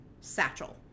Satchel